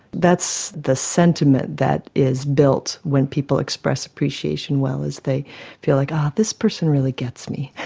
that's the sentiment that is built when people express appreciation well, is they feel like this person really gets me.